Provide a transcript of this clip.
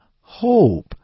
hope